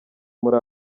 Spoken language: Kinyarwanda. muri